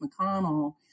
McConnell